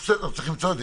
צריכים למצוא את זה.